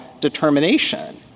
determination